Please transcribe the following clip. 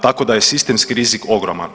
Tako da je sistemski rizik ogroman.